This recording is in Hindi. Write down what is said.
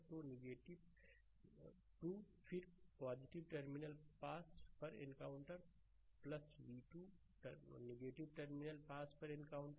तो 2 फिर टर्मिनल पास पर एनकाउंटर v2 टर्मिनल पास पर एनकाउंटर